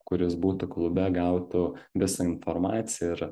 kuris būtų klube gautų visą informaciją ir